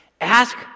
ask